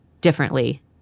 differently